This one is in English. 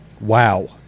Wow